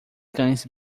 cães